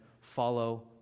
Follow